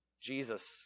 Jesus